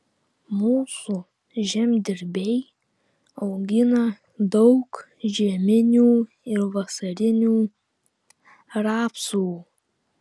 mūsų žemdirbiai augina daug žieminių ir vasarinių rapsų